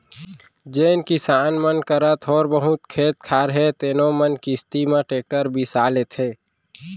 जेन किसान मन करा थोर बहुत खेत खार हे तेनो मन किस्ती म टेक्टर बिसा लेथें